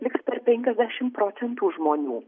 tai atliks per penkiasdešim procentų žmonių